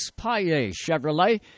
Chevrolet